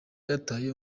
yataye